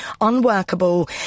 unworkable